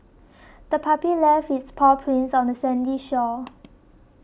the puppy left its paw prints on the sandy shore